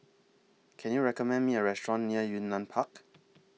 Can YOU recommend Me A Restaurant near Yunnan Park